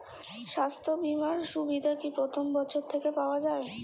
স্বাস্থ্য বীমার সুবিধা কি প্রথম বছর থেকে পাওয়া যায়?